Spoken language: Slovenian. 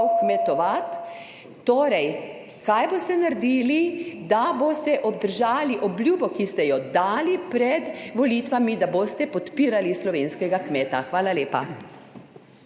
kmetovati? Kaj boste naredili, da boste obdržali obljubo, ki ste jo dali pred volitvami, da boste podpirali slovenskega kmeta? Hvala lepa.